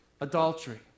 adultery